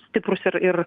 stiprus ir ir